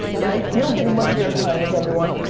right? you don't get as much air time as everyone.